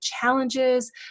challenges